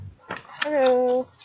Hello